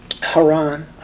Haran